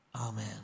Amen